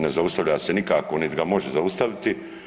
Ne zaustavlja se nikako niti ga može zaustaviti.